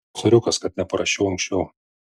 soriukas kad neparašiau anksčiau